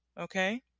Okay